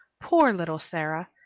poor little sara!